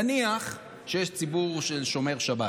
נניח שיש ציבור שומר שבת